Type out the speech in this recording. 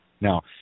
Now